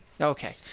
Okay